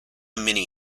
mini